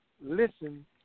listen